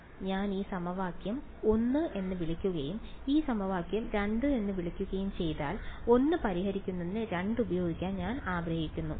അതിനാൽ ഞാൻ ഈ സമവാക്യം 1 എന്ന് വിളിക്കുകയും ഈ സമവാക്യം 2 എന്ന് വിളിക്കുകയും ചെയ്താൽ 1 പരിഹരിക്കുന്നതിന് 2 ഉപയോഗിക്കാൻ ഞാൻ ആഗ്രഹിക്കുന്നു